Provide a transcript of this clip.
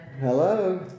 Hello